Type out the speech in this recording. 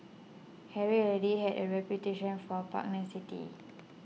Harry already had a reputation for pugnacity